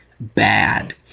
bad